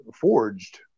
forged